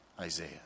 Isaiah